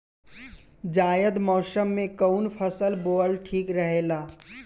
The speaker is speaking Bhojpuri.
जायद मौसम में कउन फसल बोअल ठीक रहेला?